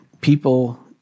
people